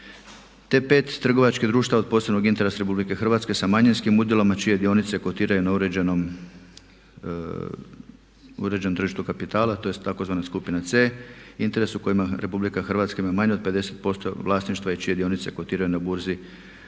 te 5 trgovačkih društava od posebnog interesa Republike Hrvatske sa manjinskim udjelom a čije dionice kotiraju na uređenom tržištu kapitala, tj. tzv. skupina C. Interes u kojima Republika Hrvatska ima manje od 50% vlasništva i čije dionice kotiraju na burzi.